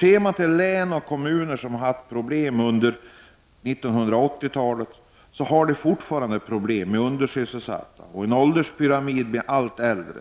Ser man till län och kommuner som har haft problem under 1980-talet, finner man att de fortfarande har problem med undersysselsatta och en ålderspyramid med allt äldre,